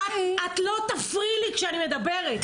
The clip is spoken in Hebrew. את לא תפריעי לי כשאני מדברת.